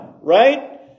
right